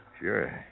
Sure